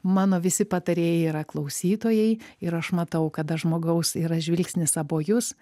mano visi patarėjai yra klausytojai ir aš matau kada žmogaus yra žvilgsnis abo jus